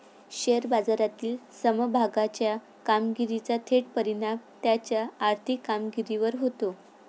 share बाजारातील समभागाच्या कामगिरीचा थेट परिणाम त्याच्या आर्थिक कामगिरीवर होतो